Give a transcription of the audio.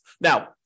Now